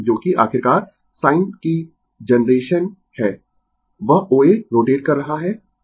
जो कि आखिरकार sin की जनरेशन है वह O A रोटेट कर रहा है